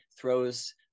throws